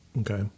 okay